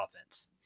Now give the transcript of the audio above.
offense